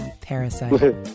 parasite